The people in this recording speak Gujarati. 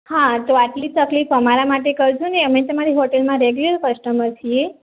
હા તો આટલી તકલીફ અમારા માટે કરજો ને અમે તમારી હોટેલમાં રેગ્યુલર કસ્ટમર છીએ